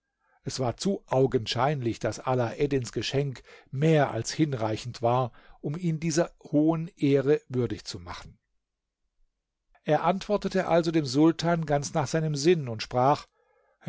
es war zu augenscheinlich daß alaeddins geschenk mehr als hinreichend war um ihn dieser hohen ehre würdig zu machen er antwortete also dem sultan ganz nach seinem sinn und sprach